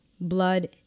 blood